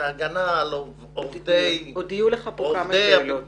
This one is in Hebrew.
ההגנה על עובדי --- עוד תהיינה לך פה כמה שאלות.